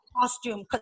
costume